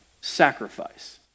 sacrifice